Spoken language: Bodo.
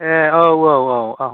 ए औ औ औ औ